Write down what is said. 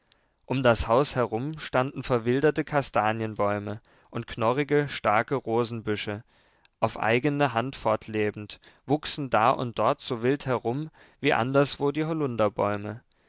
um das haus herum standen verwilderte kastanienbäume und knorrige starke rosenbüsche auf eigene hand fortlebend wuchsen da und dort so wild herum wie anderswo die holunderbäume